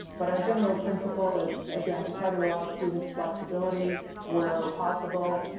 but our general principle is again, to try to allow students flexibility wherever possible.